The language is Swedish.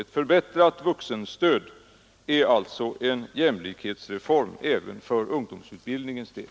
Ett förbättrat vuxenstöd är alltså en jämlikhetsreform även för ungdomsutbildningens del.